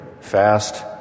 Fast